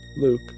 Luke